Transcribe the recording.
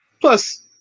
Plus